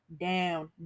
down